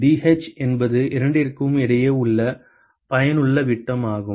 Dh என்பது இரண்டிற்கும் இடையே உள்ள பயனுள்ள விட்டம் ஆகும்